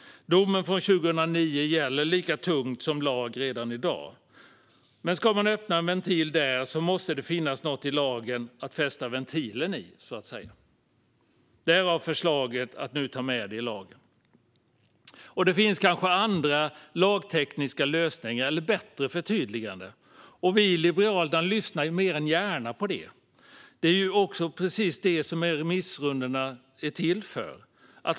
Domen från 2009 gäller lika tungt som lag redan i dag. Ska man öppna en ventil där måste det finnas något i lagen att fästa ventilen i. Därav förslaget att nu ta med det i lagen. Det finns kanske andra lagtekniska lösningar eller bättre förtydliganden. Vi i Liberalerna lyssnar mer än gärna på det. Det är precis det remissrundorna är till för.